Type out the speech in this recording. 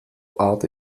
art